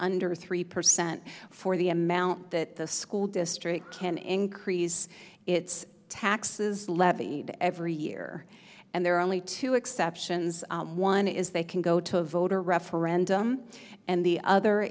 under three percent for the amount that the school district can increase its taxes levied every year and there are only two exceptions one is they can go to a voter referendum and the other